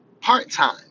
Part-time